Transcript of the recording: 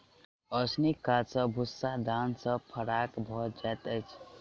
ओसौनीक काज सॅ भूस्सा दाना सॅ फराक भ जाइत अछि